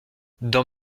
dans